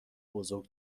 بزرگ